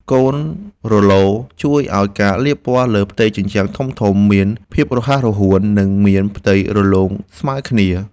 កូនរ៉ូឡូ ជួយឱ្យការលាបពណ៌លើផ្ទៃជញ្ជាំងធំៗមានភាពរហ័សរហួន និងមានផ្ទៃរលោងស្មើគ្នា។